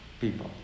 people